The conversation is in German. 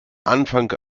anfang